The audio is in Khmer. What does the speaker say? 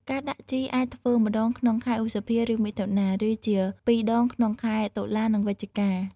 ការដាក់ជីអាចធ្វើម្តងក្នុងខែឧសភាឬមិថុនា ឬជាពីរដងក្នុងខែតុលានិងវិច្ឆិកា។